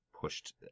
pushed